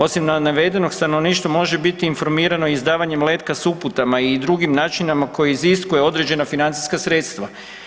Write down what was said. Osim ma navedeno, stanovništvo može biti informirano i izdavanjem letka s uputama i drugim načinima koji iziskuje određena financijska sredstva.